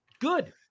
good